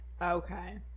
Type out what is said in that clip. Okay